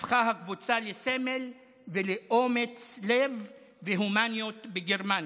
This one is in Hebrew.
הפכה הקבוצה לסמל לאומץ לב והומניות בגרמניה.